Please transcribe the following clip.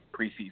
preseason